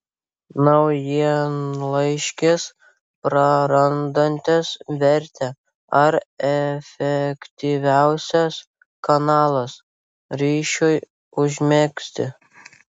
naujienlaiškis prarandantis vertę ar efektyviausias kanalas ryšiui užmegzti